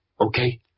Okay